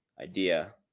idea